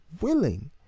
willing